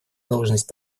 должность